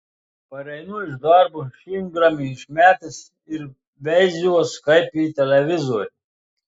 pareinu iš darbo šimtgramį išmetęs ir veiziuos kaip į televizorių